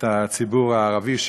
את הציבור הערבי,